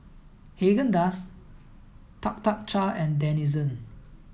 Haagen Dazs Tuk Tuk Cha and Denizen